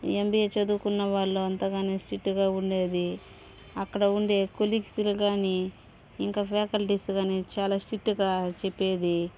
MBA చదువుకున్న వాళ్ళు అంతగానే స్టిట్టుగా ఉండేది అక్కడ ఉండే కొలీగ్స్లు గానీ ఇంకా ఫ్యాకల్టీస్ గానీ చాలా స్టిట్టుగా చెప్పేది